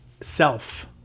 self